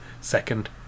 second